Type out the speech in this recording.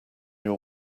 your